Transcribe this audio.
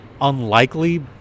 unlikely